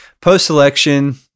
post-election